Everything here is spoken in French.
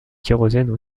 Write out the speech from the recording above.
kérosène